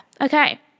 Okay